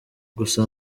gusa